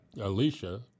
Alicia